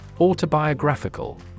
Autobiographical